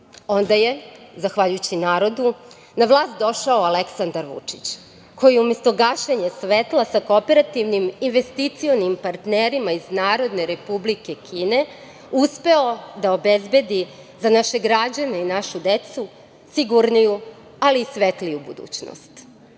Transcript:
Onda je, zahvaljujući narodu, na vlast došao Aleksandar Vučić, koji je umesto gašenja svetla sa kooperativnim investicionim partnerima iz Narodne Republike Kine uspeo da obezbedi za naše građane i našu decu sigurniju, ali i svetliju budućnost. Zbog